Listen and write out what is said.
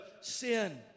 sin